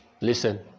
Listen